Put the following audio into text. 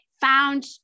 found